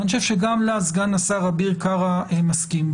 ואני חושב שגם לה סגן השר אביר קארה מסכים,